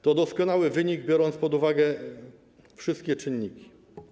To doskonały wynik, biorąc pod uwagę wszystkie czynniki.